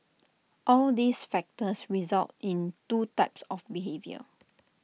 all these factors result in two types of behaviour